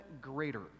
greater